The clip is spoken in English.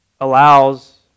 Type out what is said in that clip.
allows